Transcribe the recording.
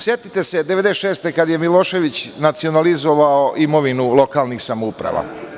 Setite se 1996. godine kada je Milošević nacionalizovao imovinu lokalnih samouprava.